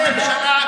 בסדר,